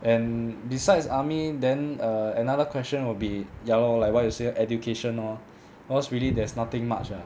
and besides army then err another question will be ya loh like what you say education lor cause really there's nothing much ah